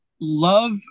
love